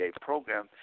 program